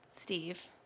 Steve